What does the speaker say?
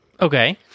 okay